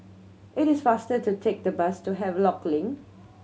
it is faster to take the bus to Havelock Link